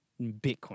Bitcoin